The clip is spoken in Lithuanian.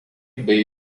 bei